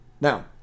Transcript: Now